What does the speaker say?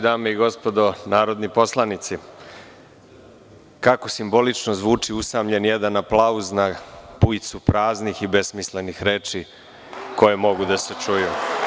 Dame i gospodo narodni poslanici, kako simbolično zvuči usamljen jedan aplauz na bujicu praznih i besmislenih reči koje mogu da se čuju.